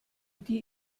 die